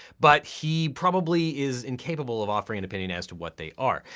but he probably is incapable of offering an opinion as to what they are.